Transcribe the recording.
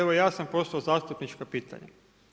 Evo, ja sam postavio zastupnička pitanja.